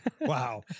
Wow